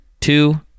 two